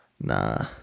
nah